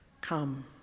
Come